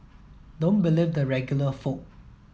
don't believe the regular folk